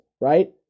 Right